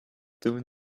dune